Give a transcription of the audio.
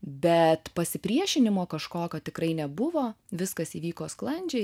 bet pasipriešinimo kažkokio tikrai nebuvo viskas įvyko sklandžiai